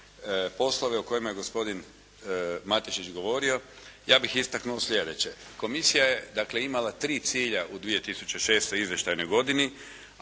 poslove o kojima je gospodin Matešić govorio. Ja bih istaknuo sljedeće. Komisija je dakle, imala tri cilja u 2006. izvještajnoj godini,